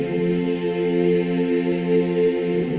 a